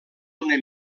una